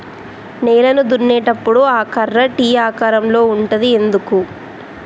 నేలను దున్నేటప్పుడు ఆ కర్ర టీ ఆకారం లో ఉంటది ఎందుకు?